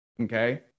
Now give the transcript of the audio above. Okay